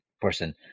person